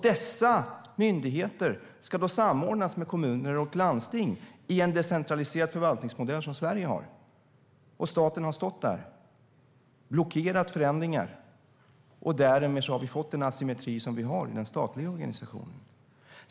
Dessa myndigheter ska då samordnas med kommuner och landsting i Sveriges decentraliserade förvaltningsmodell. Staten har blockerat förändringar. Därmed har vi fått den asymmetri som vi nu har i den statliga organisationen.